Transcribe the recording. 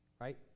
right